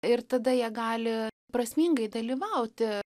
ir tada jie gali prasmingai dalyvauti